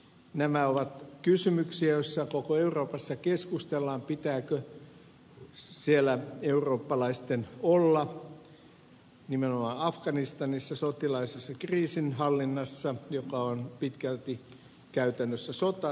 nämä ovat kysymyksiä joista koko euroopassa keskustellaan pitääkö siellä eurooppalaisten olla vaiko ei nimenomaan afganistanissa sotilaallisessa kriisinhallinnassa joka on pitkälti käytännössä sodankäyntiä